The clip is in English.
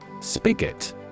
Spigot